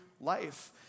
life